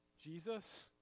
Jesus